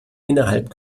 innerhalb